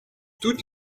toutes